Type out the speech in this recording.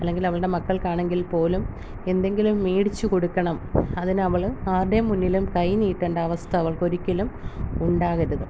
അല്ലെങ്കിൽ അവളുടെ മക്കൾക്കാണെങ്കിൽ പോലും എന്തെങ്കിലും മേടിച്ചു കൊടുക്കണം അതിനവള് ആരുടെയും മുന്നിലും കൈ നീട്ടേണ്ട അവസ്ഥ അവൾക്കൊരിക്കലും ഉണ്ടാകരുത്